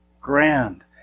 grand